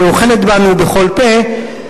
שאוכלת בנו בכל פה.